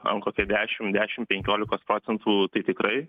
augo apie dešim dešim penkiolikos procentų tai tikrai